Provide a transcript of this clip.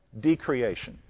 decreation